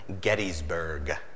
Gettysburg